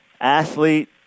athlete